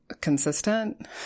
consistent